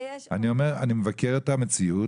אני מבקר את המציאות,